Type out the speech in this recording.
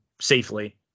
safely